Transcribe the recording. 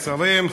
וגם השרה גרמן.